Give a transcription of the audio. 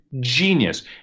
Genius